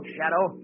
Shadow